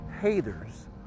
haters